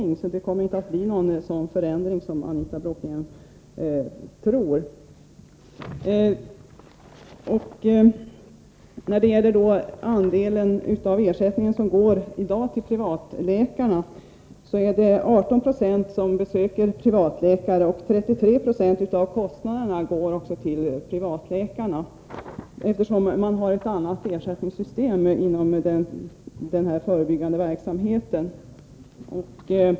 Därför uppkommer inte den förändring som Anita Bråkenhielm tror. I dag anlitar 18 96 privatläkare, och 33 26 av kostnaderna går till dessa läkare. Man har ju ett annat ersättningssystem inom den förebyggande verksamheten.